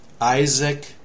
Isaac